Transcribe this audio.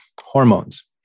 hormones